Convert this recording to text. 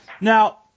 Now